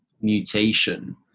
mutation